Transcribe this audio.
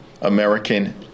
American